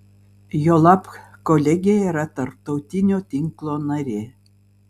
juolab kolegija yra tarptautinio tinklo narė